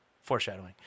foreshadowing